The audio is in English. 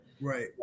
right